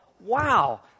wow